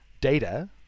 data